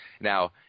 now